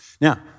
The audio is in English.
Now